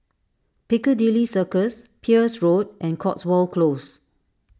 Piccadilly Circus Peirce Road and Cotswold Close